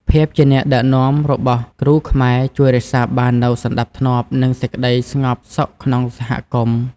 ភាពជាអ្នកដឹកនាំរបស់គ្រូខ្មែរជួយរក្សាបាននូវសណ្តាប់ធ្នាប់ និងសេចក្តីស្ងប់សុខក្នុងសហគមន៍។